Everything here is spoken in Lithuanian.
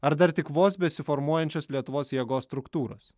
ar dar tik vos besiformuojančios lietuvos jėgos struktūros